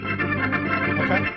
Okay